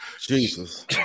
Jesus